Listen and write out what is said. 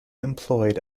employed